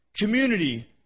Community